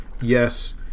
yes